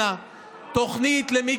זאת אומרת, הם לא קיבלו מענק